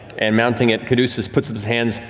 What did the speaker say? and mounting it. caduceus puts up his hands,